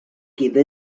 quedó